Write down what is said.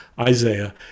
Isaiah